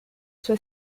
sua